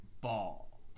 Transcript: ball